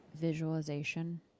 visualization